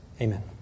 Amen